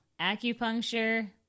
Acupuncture